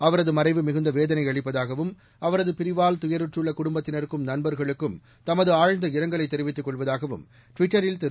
அவரது மறைவு மிகுந்த வேதனை அளிப்பதாகவும் அவரது பிரிவால் துயருற்றுள்ள குடும்பத்தினருக்கும் நண்பர்களுக்கும் தமது ஆழ்ந்த இரங்கலை தெரிவித்துக் கொள்வதாகவும் ட்விட்டரில் திரு